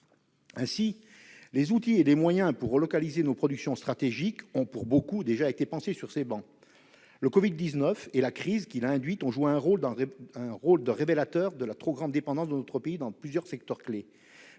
Ainsi, les outils et les moyens pour relocaliser nos productions stratégiques ont, pour beaucoup, déjà été pensés sur ces travées. Le Covid-19 et la crise qu'il a induite ont joué un rôle de révélateur de la trop grande dépendance de notre pays dans plusieurs secteurs clés.